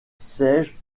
siège